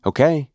Okay